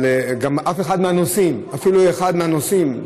אבל גם אף אחד מהנוסעים, אפילו אחד מהנוסעים.